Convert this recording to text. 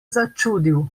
začudil